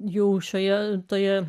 jų šioje vietoje